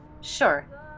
Sure